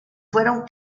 fueron